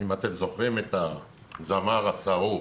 אם אתם זוכרים את "הזמר השרוף"